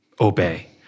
obey